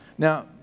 Now